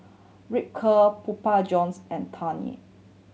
Ripcurl Pupa Johns and